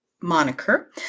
moniker